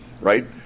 right